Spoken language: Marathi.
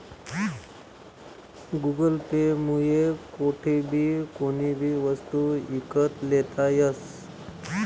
गुगल पे मुये कोठेबी कोणीबी वस्तू ईकत लेता यस